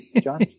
John